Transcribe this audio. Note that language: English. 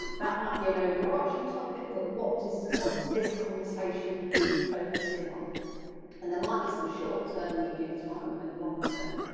that might be an overarching topic but what does what does this conversation need to focus in on and there might be some short-term, medium-term and long-term